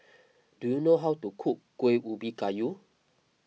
do you know how to cook Kuih Ubi Kayu